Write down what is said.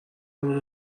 اون